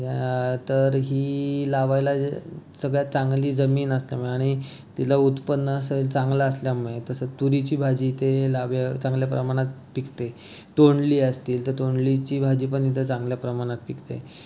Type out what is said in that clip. तर ही लावायला सगळ्यात चांगली जमीन असल्यामुळे आणि तिला उत्पन्न असेल चांगलं असल्यामुळे तसंच तुरीची भाजी इथे लावाव्या चांगल्या प्रमाणात पिकते तोंडली असतील तर तोंडलीची भाजी पण इथे चांगल्या प्रमाणात पिकते